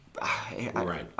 Right